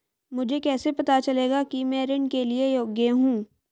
मुझे कैसे पता चलेगा कि मैं ऋण के लिए योग्य हूँ?